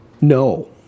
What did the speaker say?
No